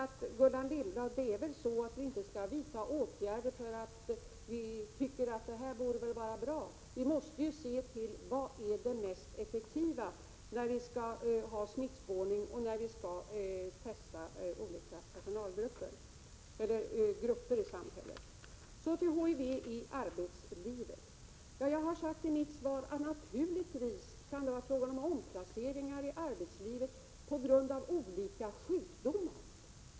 Vi skall väl inte, Gullan Lindblad, vidta åtgärder därför att vi tycker att något borde vara bra, utan vi måste väl se till vad som är det mest effektiva när vi skall ha smittspårning och testa olika grupper i samhället. Så till frågan om HIV i arbetslivet. Jag har i mitt svar sagt att det naturligtvis kan vara fråga om omplaceringar i arbetslivet på grund av olika sjukdomar.